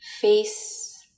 face